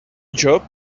job